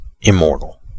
immortal